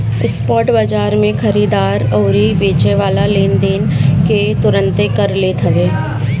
spot बाजार में खरीददार अउरी बेचेवाला लेनदेन के तुरंते कर लेत हवे